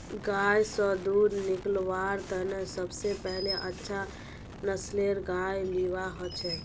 गाय स दूध निकलव्वार तने सब स पहिले अच्छा नस्लेर गाय लिबा हछेक